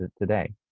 today